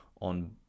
on